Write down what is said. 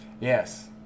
Yes